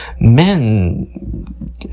men